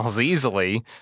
easily